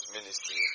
ministry